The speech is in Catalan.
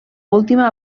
última